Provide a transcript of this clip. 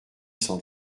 cent